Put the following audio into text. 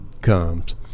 comes